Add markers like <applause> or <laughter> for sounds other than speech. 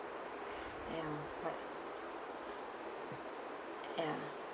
<breath> ya quite ya